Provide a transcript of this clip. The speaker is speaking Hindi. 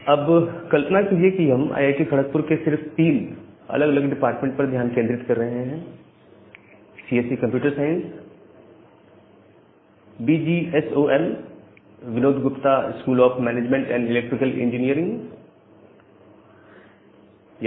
अब कल्पना कीजिए कि हम आईआईटी खड़कपुर के सिर्फ तीन अलग अलग डिपार्टमेंट पर ध्यान केंद्रित कर रहे हैं CSE computer science B G S O M Vinod Gupta school of management और इलेक्ट्रिकल इंजीनियरिंग ईई